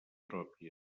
pròpia